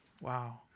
Wow